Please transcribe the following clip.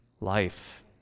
life